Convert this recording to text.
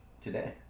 today